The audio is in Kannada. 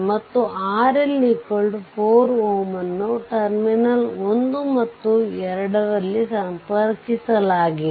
ಮತ್ತು RL 4 Ω ನ್ನು ಟರ್ಮಿನಲ್ 1 ಮತ್ತು 2 ರಲ್ಲಿ ಸಂಪರ್ಕಿಲಾಗಿದೆ